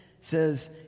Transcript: says